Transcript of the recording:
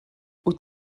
wyt